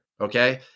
okay